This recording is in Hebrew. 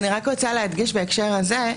אני רק רוצה להדגיש בהקשר הזה,